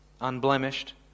unblemished